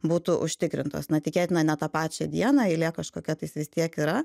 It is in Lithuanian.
būtų užtikrintos na tikėtina ne tą pačią dieną eilė kažkokia tais vis tiek yra